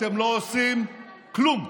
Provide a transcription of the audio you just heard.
אתם לא עושים כלום.